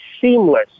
seamless